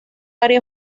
área